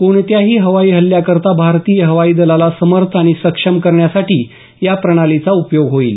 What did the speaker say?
कोणत्याही हवाई हल्ल्याकरता भारतीय हवाई दलाला समर्थ आणि सक्षम करण्यासाठी या प्रणालीचा उपयोग होईल